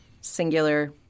singular